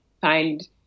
find